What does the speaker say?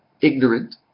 ignorant